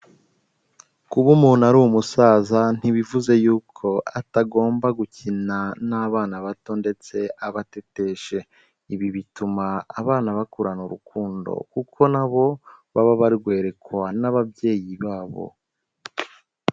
Kuba umuntu ari umusaza ntibivuze yuko atagomba gukina n'abana bato ndetse abatetesha, ibi bituma abana bakurana urukundo kuko na bo baba barwerekwa n'ababyeyi babo.